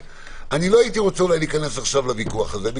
לא הייתי רוצה עכשיו להיכנס לוויכוח הזה.